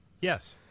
yes